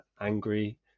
angry